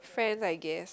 friends I guess